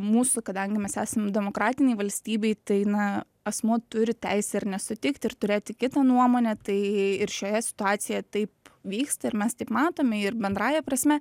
mūsų kadangi mes esam demokratinėj valstybėj tai na asmuo turi teisę ir nesutikti ir turėti kitą nuomonę tai ir šioje situacijoje taip vyksta ir mes taip matome ir bendrąja prasme